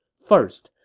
first,